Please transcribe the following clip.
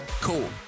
Cool